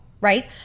right